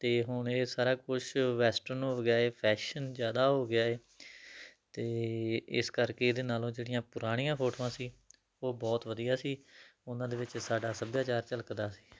ਅਤੇ ਹੁਣ ਇਹ ਸਾਰਾ ਕੁਛ ਵੈਸਟਰਨ ਹੋ ਗਿਆ ਹੈ ਫੈਸ਼ਨ ਜ਼ਿਆਦਾ ਹੋ ਗਿਆ ਹੈ ਅਤੇ ਇਸ ਕਰਕੇ ਇਹਦੇ ਨਾਲੋਂ ਜਿਹੜੀਆਂ ਪੁਰਾਣੀਆਂ ਫੋਟੋਆਂ ਸੀ ਉਹ ਬਹੁਤ ਵਧੀਆ ਸੀ ਉਹਨਾਂ ਦੇ ਵਿੱਚ ਸਾਡਾ ਸੱਭਿਆਚਾਰ ਝਲਕਦਾ ਸੀ